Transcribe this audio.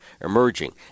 emerging